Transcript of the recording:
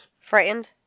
frightened